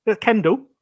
Kendall